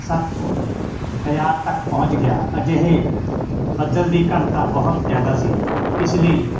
ਸੱਤ ਹਜ਼ਾਰ ਤੱਕ ਪਹੁੰਚ ਗਿਆ ਅਜਿਹੇ ਬੱਦਲ ਦੀ ਘਣਤਾ ਬਹੁਤ ਜ਼ਿਆਦਾ ਸੀ ਇਸ ਲਈ